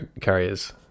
carriers